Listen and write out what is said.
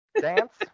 dance